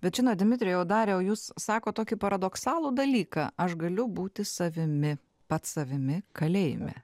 bet žinot dmitrijau dariau jūs sakot tokį paradoksalų dalyką aš galiu būti savimi pats savimi kalėjime